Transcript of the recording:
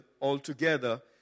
altogether